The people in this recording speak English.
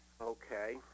Okay